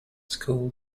school